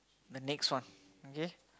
the next one okay